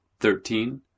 Thirteen